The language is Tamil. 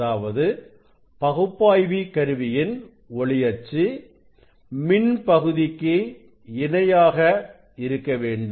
அதாவது பகுப்பாய்வி கருவியின் ஒளி அச்சு மின் பகுதிக்கு இணையாக இருக்க வேண்டும்